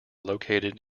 located